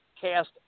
cast